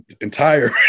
entire